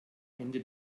ende